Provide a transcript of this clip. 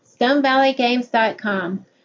StoneValleyGames.com